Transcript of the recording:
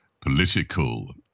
political